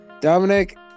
Dominic